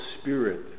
spirit